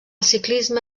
ciclisme